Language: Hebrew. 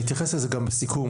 אני אתייחס לזה בסיכום,